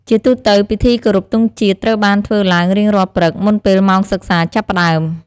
ជាទូទៅ ពិធីគោរពទង់ជាតិត្រូវបានធ្វើឡើងរៀងរាល់ព្រឹក មុនពេលម៉ោងសិក្សាចាប់ផ្តើម។